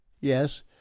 Yes